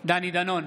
דני דנון,